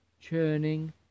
churning